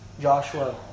Joshua